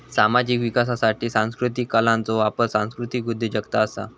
सामाजिक विकासासाठी सांस्कृतीक कलांचो वापर सांस्कृतीक उद्योजगता असा